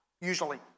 usually